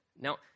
Now